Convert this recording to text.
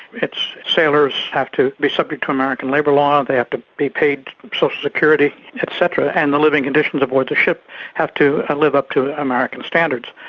its sailors have to be subject to american labour law, they have to be paid social security etc, and the living conditions aboard the ship have to live up to american standards.